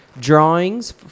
drawings